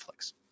Netflix